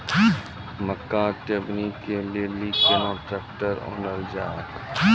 मक्का टेबनी के लेली केना ट्रैक्टर ओनल जाय?